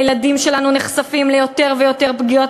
הילדים שלנו נחשפים ליותר ויותר פגיעות